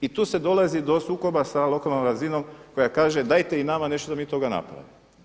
I tu se dolazi do sukoba sa lokalnom razinom koja kaže dajte i nama nešto da mi toga napravimo.